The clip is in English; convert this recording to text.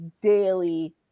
daily